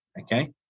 okay